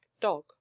dog